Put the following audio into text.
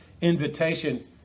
invitation